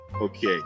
Okay